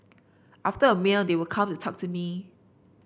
after a meal they would come and talk to me